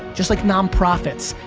just like non-profits.